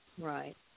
right